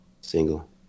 Single